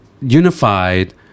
unified